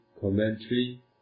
commentary